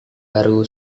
baru